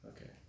Okay